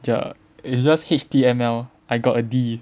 the it's just H_T_M_L I got a D